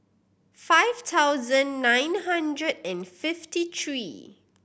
five thousand nine hundred and fifty three